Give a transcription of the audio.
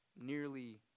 nearly